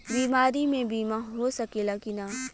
बीमारी मे बीमा हो सकेला कि ना?